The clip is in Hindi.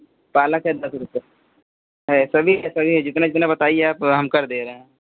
पालक है दस रुपये है सभी है सभी जितना जितना बताइए आप हम कर दे रहे हैं